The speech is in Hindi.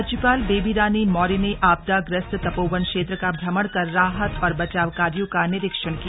राज्यपाल बेबी रानी मौर्य ने आपदाग्रस्त तपोवन क्षेत्र का श्वमण कर राहत और बचाव कार्यों का निरीक्षण किया